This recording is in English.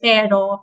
Pero